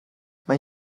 mae